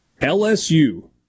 LSU